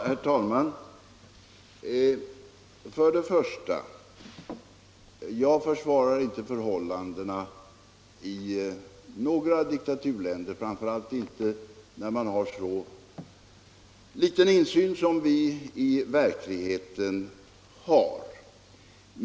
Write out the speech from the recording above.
Herr talman! Jag vill till en början säga att jag inte försvarar förhållandena i några diktaturländer, framför allt när man har så liten insyn 133 som vi i verkligheten har.